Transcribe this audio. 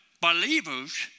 believers